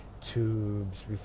tubes